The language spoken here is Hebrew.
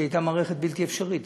שהייתה מערכת בלתי אפשרית.